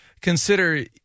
consider